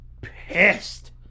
pissed